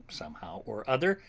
somehow or other,